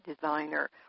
designer